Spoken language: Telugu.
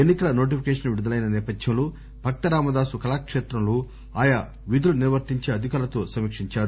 ఎన్ని కల నోటిఫికేషన్ విడుదలైన నేపథ్యంలో భక్తరామదాసు కళాక్హైత్రంలో ఆయా విధులు నిర్వర్తించే అధికారులతో సమీక్షించారు